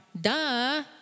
duh